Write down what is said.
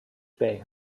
bay